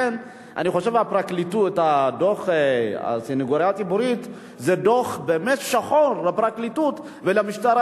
אני חושב שדוח הסניגוריה הציבורית הוא דוח באמת שחור לפרקליטות ולמשטרה.